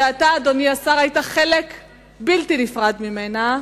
ואתה, אדוני השר, היית חלק בלתי נפרד ממנה.